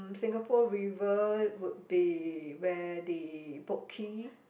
Singapore River would be where the Boat-Quay